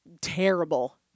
terrible